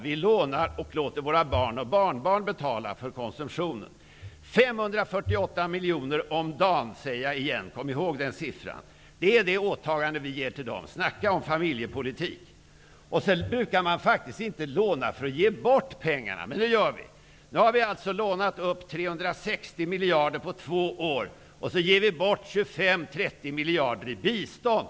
Vi lånar och låter våra barn och barnbarn betala för konsumtionen. Jag upprepar siffran 458 miljoner om dagen. Kom ihåg den siffran! Det är det åtagande vi ger dem. Snacka om familjepolitik! Man brukar faktiskt inte heller låna för att ge bort pengar. Men det gör vi. Vi har lånat upp 360 miljarder på två år, och sedan ger vi bort 25--30 miljarder i bistånd.